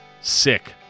sick